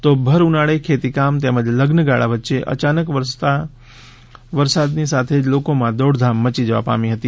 તો ભર ઉનાળે ખેતી કામ તેમજ લઝ્ન ગાળા વચ્ચે અયાનક વરસાદ થતાંની સાથે જ લોકોમાં દોડધામ મચી જવા પામી હતી